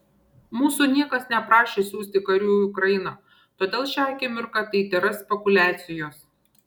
mūsų niekas neprašė siųsti karių į ukrainą todėl šią akimirką tai tėra spekuliacijos